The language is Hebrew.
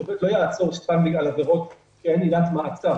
השופט לא יעצור סתם בגלל עבירות כשאין עילת מעצר.